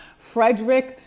frederick,